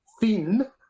thin